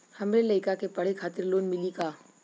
हमरे लयिका के पढ़े खातिर लोन मिलि का?